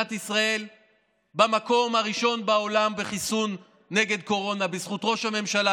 מדינת ישראל במקום הראשון בעולם בחיסון נגד קורונה בזכות ראש הממשלה,